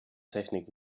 technik